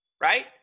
right